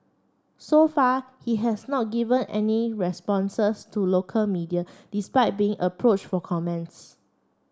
so far he has not given any responses to local media despite being approach for comments